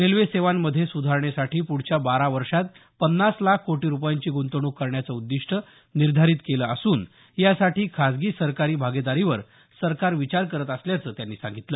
railway सेवांमध्ये सुधारणेसाठी पुढच्या बारा वर्षांत पन्नास लाख कोटी रुपयांची गुंतवणूक करण्याचं उद्दीष्ट निर्धारित केलं असून यासाठी खासगी सरकारी भागीदारीवर सरकार विचार करत असल्याचं त्यांनी सांगितलं